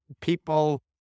people